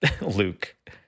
Luke